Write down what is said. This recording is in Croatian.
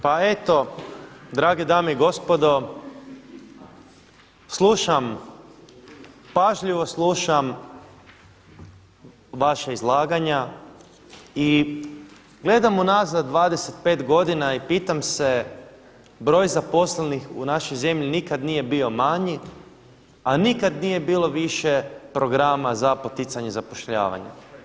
Pa eto, drage dame i gospodo, slušam, pažljivo slušam vaša izlaganja i gledam unazad 25 godina i pitam se, broj zaposlenih u našoj zemlji nikada nije bio manji a nikada nije bilo više programa za poticanje zapošljavanja.